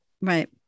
Right